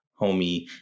homie